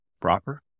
proper